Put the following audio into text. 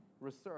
Research